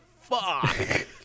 fuck